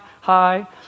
hi